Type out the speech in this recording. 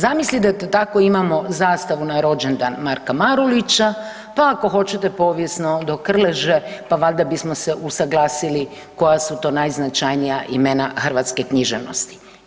Zamislite da tako imamo zastavu na rođendan Marka Marulića, pa ako hoćete povijesno, do Krleže, pa valjda bi se usaglasili koja su to najznačajnija imena hrvatske književnosti.